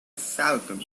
falcon